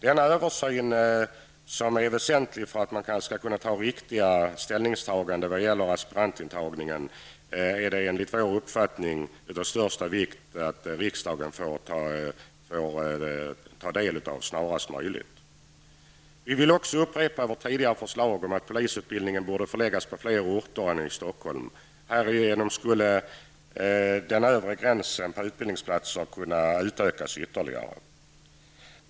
Denna översyn är väsentlig för att man skall kunna göra riktiga ställningstaganden när det gäller aspirantintagningen. Det är av största vikt att riksdagen snarast möjligt får ta del av denna översyn. Vi vill också upprepa vårt tidigare förslag om att polisutbildningen borde förläggas även till andra orter än Stockholm. Härigenom skulle den övre gränsen för antalet utbildningsplatser ytterligare kunna höjas.